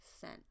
scent